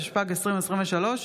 התשפ"ג 2023,